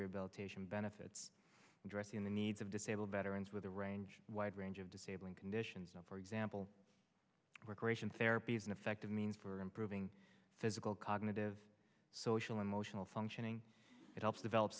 rehabilitation benefits addressing the needs of disabled veterans with a range wide range of disabling conditions for example where creation therapy is an effective means for improving physical cognitive social emotional functioning it helps develop